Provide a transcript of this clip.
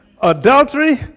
adultery